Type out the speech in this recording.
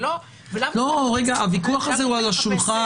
ולאו דווקא --- הוויכוח הזה הוא על השולחן.